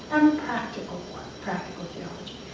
um practical practical theology.